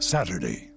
Saturday